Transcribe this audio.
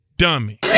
dummy